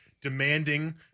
demanding